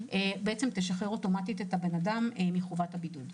תשחרר אוטומטית את הבן אדם מחובת הבידוד.